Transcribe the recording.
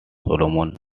solomon